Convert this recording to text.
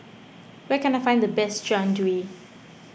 where can I find the best Jian Dui